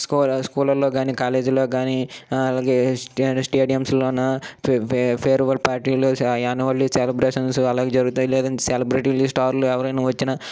school school లల్లో గాని college లలో కానీ అలాగే స్టే స్టేడియంస్ లోన ఫె ఫె ఫేర్వల్ పార్టీలు యాన్యువల్ సెలబ్రేషన్స్ అలానే జరుగుతాయి లేదంటే సెలబ్రెటీలు స్టార్లు ఎవరైనా వచ్చినా